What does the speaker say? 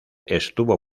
estuvo